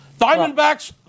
Diamondbacks